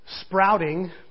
sprouting